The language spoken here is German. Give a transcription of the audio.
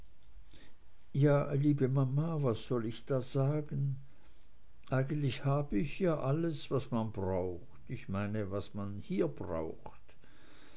ja liebe mama was soll ich da sagen eigentlich habe ich ja alles was man braucht ich meine was man hier braucht